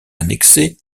annexée